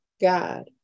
god